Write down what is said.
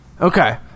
okay